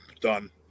done